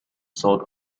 sold